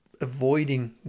avoiding